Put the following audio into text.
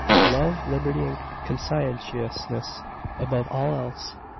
love liberty and conscientiousness above all else,